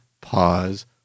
pause